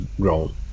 grown